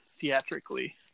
theatrically